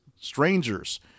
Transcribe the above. strangers